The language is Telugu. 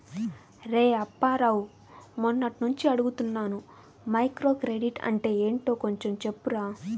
రేయ్ అప్పారావు, మొన్నట్నుంచి అడుగుతున్నాను మైక్రోక్రెడిట్ అంటే ఏంటో కొంచెం చెప్పురా